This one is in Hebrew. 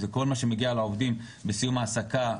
זה כל מה שמגיע לעובדים בסיום ההעסקה,